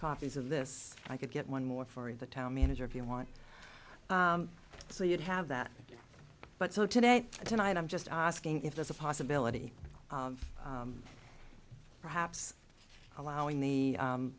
copies of this and i could get one more for the town manager if you want so you'd have that but so today tonight i'm just asking if there's a possibility perhaps allowing the